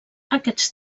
aquests